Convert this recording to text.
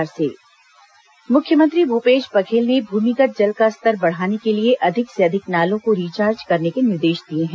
मुख्यमंत्री collector SP बैठक मुख्यमंत्री भूपेश बघेल ने भूमिगत जल का स्तर बढ़ाने के लिए अधिक से अधिक नालों को रिचार्ज करने के निर्देश दिए हैं